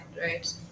right